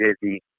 busy